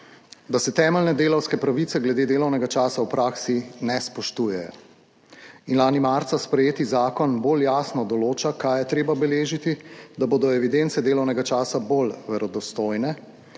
da se temeljne delavske pravice glede delovnega časa v praksi ne spoštujejo. Lani marca sprejeti zakon bolj jasno določa, kaj je treba beležiti, da bodo evidence delovnega časa bolj verodostojne,